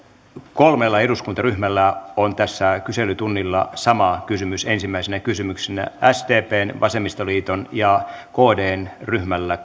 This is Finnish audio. kolmella eduskuntaryhmällä on tällä kyselytunnilla sama kysymys ensimmäisenä kysymyksenä sdpn vasemmistoliiton ja kdn ryhmällä